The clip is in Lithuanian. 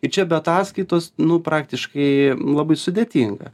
ir čia be ataskaitos nu praktiškai labai sudėtinga